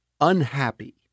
unhappy